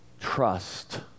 trust